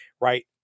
right